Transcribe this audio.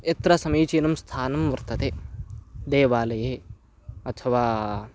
यत्र समीचीनं स्थानं वर्तते देवालये अथवा